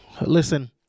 listen